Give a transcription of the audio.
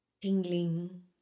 tingling